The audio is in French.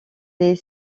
les